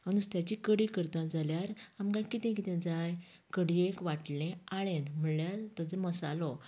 हांव नुस्त्याची कडी करतां जाल्यार आमकां कितें कितें जाय कडयेक वाटलें आळेण म्हळ्यार ताचो मसालो